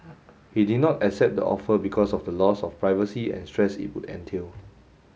he did not accept the offer because of the loss of privacy and stress it would entail